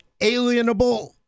alienable